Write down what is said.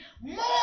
more